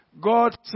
God